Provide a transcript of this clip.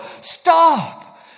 stop